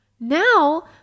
Now